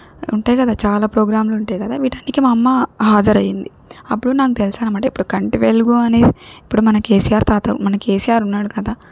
ఉంటాయి కదా చాలా ప్రోగ్రామ్లు ఉంటాయి కదా వీటన్నిటికీ మా అమ్మ హాజరైంది అప్పుడు నాకు తెలుసనమాట కంటి వెలుగు అనేది ఇప్పుడు మన కేసీఆర్ తాత మన కేసీఆర్ ఉన్నాడు కదా